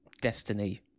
destiny